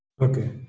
Okay